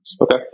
Okay